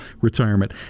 retirement